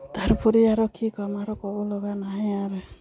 তাৰোপৰি আৰু কি কম আৰু ক'ব লগা নাইয়ে আৰু